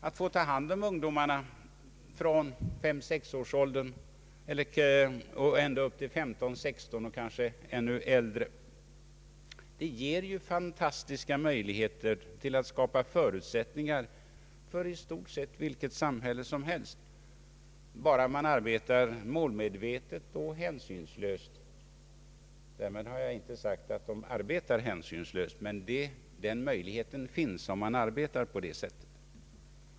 Att få ta hand om ungdomarna från 5—6-årsåldern upp till 15—16 årsåldern, kanske ännu längre, ger fantastiska möjligheter att skapa förutsättningar för i stort sett vilket samhälle som helst, bara man arbetar målmedvetet och hänsynslöst. Därmed har jag inte sagt att man arbetar hänsynslöst, men möjligheten finns om man arbetar på det sättet.